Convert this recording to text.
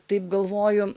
taip galvoju